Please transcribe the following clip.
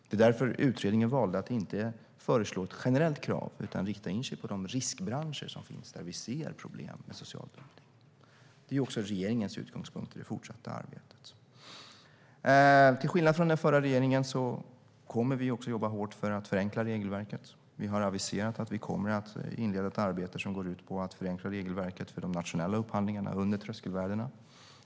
Det är därför utredningen valde att inte föreslå ett generellt krav utan rikta in sig på de riskbranscher som finns, där vi ser problem med social dumpning. Det är också regeringens utgångspunkt för det fortsatta arbetet. Till skillnad från den förra regeringen kommer vi att jobba hårt för att förenkla regelverket. Vi har aviserat att vi kommer att inleda ett arbete som går ut på att förenkla regelverket för de nationella upphandlingarna under tröskelvärdena.